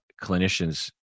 clinicians